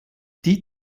die